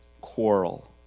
quarrel